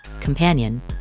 companion